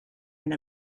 and